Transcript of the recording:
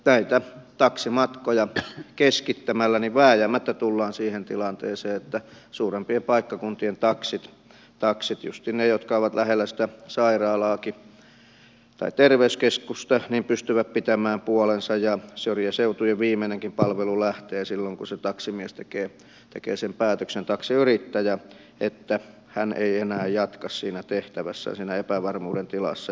näitä taksimatkoja keskittämällä vääjäämättä tullaan siihen tilanteeseen että suurempien paikkakuntien taksit juuri ne jotka ovat lähellä sitä sairaalaakin tai terveyskeskusta pystyvät pitämään puolensa ja syrjäseutujen viimeinenkin palvelu lähtee silloin kun se taksiyrittäjä tekee sen päätöksen että hän ei enää jatka siinä tehtävässään siinä epävarmuuden tilassa